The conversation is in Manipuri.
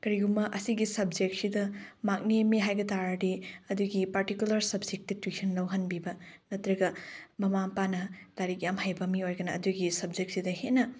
ꯀꯔꯤꯒꯨꯝꯕ ꯑꯁꯤꯒꯤ ꯁꯞꯖꯦꯛꯁꯤꯗ ꯃꯥꯔꯛ ꯅꯦꯝꯃꯦ ꯍꯥꯏꯕ ꯇꯥꯔꯗꯤ ꯑꯗꯨꯒꯤ ꯄꯥꯔꯇꯤꯀꯨꯂꯔ ꯁꯞꯖꯦꯛꯇꯨ ꯇꯨꯏꯁꯟ ꯂꯧꯍꯟꯕꯤꯕ ꯅꯠꯇ꯭ꯔꯒ ꯃꯃꯥ ꯃꯄꯥꯅ ꯂꯥꯏꯔꯤꯛ ꯌꯥꯝ ꯍꯩꯕ ꯃꯤ ꯑꯣꯏꯔꯒꯅ ꯑꯗꯨꯒꯤ ꯁꯞꯖꯦꯛꯁꯤꯗ ꯍꯦꯟꯅ